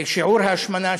שיעור ההשמנה,